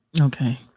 Okay